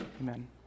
Amen